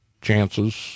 chances